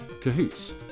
Cahoots